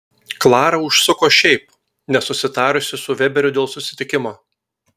klara užsuko šiaip nesusitarusi su veberiu dėl susitikimo